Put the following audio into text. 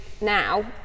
now